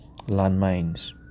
landmines